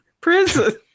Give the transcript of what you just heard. prison